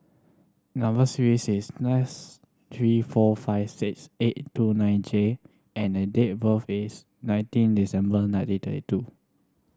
number S three four five six eight two nine J and the date of birth is nineteen December nineteen thirty two